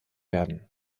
werden